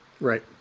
Right